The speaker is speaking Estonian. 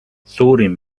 suurim